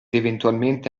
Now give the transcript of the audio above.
eventualmente